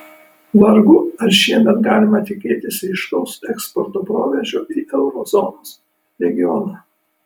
vargu ar šiemet galima tikėtis ryškaus eksporto proveržio į euro zonos regioną